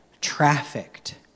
trafficked